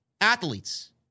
athletes